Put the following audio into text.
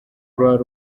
croix